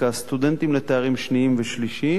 סטודנטים לתארים שניים ושלישיים,